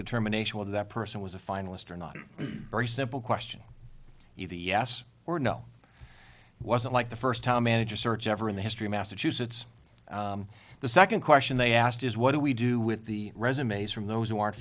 determination whether that person was a finalist or not a very simple question either yes or no was it like the first time manager search ever in the history of massachusetts the second question they asked is what do we do with the resumes from those w